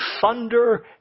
thunder